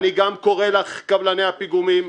אני גם קורא לקבלני הפיגומים,